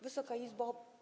Wysoka Izbo!